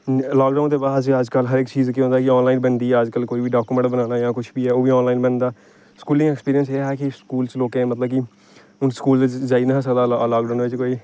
lockdown दे बाद अज्जकल हर इक चीज केह् होंदा कि हर इक चीज आनलाइन बनदी ऐ अज्जकल कोई बी डाकोमेंट बनाना होऐ जां कुछ बी ऐ ओह् बी आनलाइन बनदा स्कूलिंग ऐक्सपिरियंस एह् हा कि स्कूल च लोकें मतलब कि हून स्कूल ते जाई नेईं हा सकदा लाकडाउनै च कोई